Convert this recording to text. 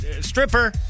stripper